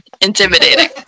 intimidating